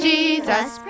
Jesus